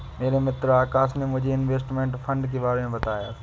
मेरे मित्र आकाश ने मुझे इनवेस्टमेंट फंड के बारे मे बताया